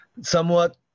somewhat